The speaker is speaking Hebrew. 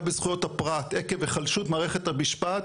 בזכויות הפרט עקב היחלשות מערכת המשפט,